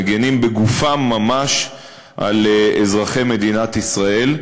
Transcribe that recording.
מגינים בגופם ממש על אזרחי מדינת ישראל.